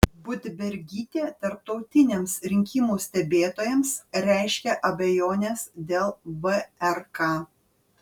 budbergytė tarptautiniams rinkimų stebėtojams reiškia abejones dėl vrk